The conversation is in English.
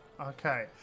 Okay